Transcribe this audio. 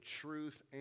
truth